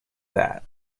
that